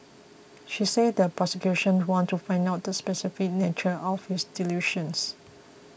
she said the prosecution wants to find out the specific nature of his delusions